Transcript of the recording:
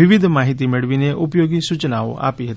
વિવિધ માહિતી મેળવીને ઉપયોગી સૂચનાઓ આપી હતી